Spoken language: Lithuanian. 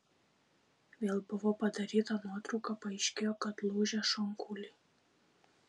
vėl buvo padaryta nuotrauka paaiškėjo kad lūžę šonkauliai